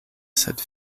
sed